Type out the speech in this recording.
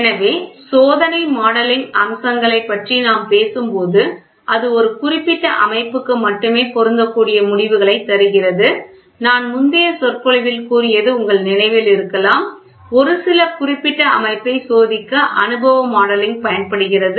எனவே சோதனை மாடலிங் அம்சங்களைப் பற்றி நாம் பேசும்போது அது ஒரு குறிப்பிட்ட அமைப்புக்கு மட்டுமே பொருந்தக்கூடிய முடிவுகளைத் தருகிறது நான் முந்தைய சொற்பொழிவில் கூறியது உங்கள் நினைவில் இருக்கலாம் ஒரு சில குறிப்பிட்ட அமைப்பை சோதிக்க அனுபவ மாடலிங் பயன்படுகிறது